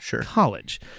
college